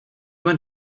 want